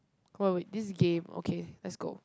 wait wait this game okay let's go